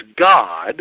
God